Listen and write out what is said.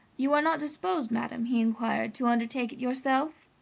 you are not disposed, madam, he inquired, to undertake it yourself?